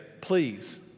please